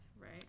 right